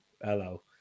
hello